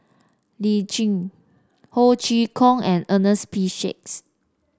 Lee Tjin Ho Chee Kong and Ernest P Shanks